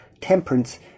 temperance